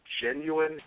genuine